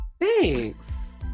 Thanks